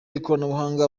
ikoranabuhanga